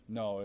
no